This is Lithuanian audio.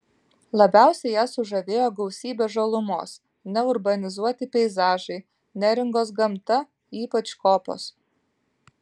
labiausiai ją sužavėjo gausybė žalumos neurbanizuoti peizažai neringos gamta ypač kopos